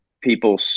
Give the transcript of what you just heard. People